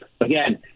Again